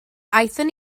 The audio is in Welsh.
aethon